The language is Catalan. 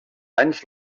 anys